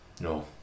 No